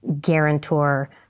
guarantor